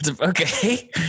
Okay